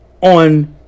On